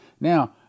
Now